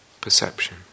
perception